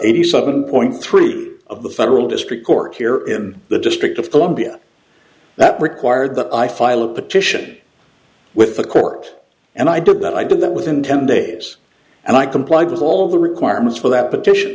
eighty seven point three of the federal district court here in the district of columbia that required that i file a petition with the court and i did that i did that within ten days and i complied with all the requirements for that petition